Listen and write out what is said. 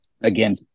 again